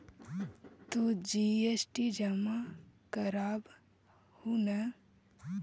तु जी.एस.टी जमा करवाब हहु न?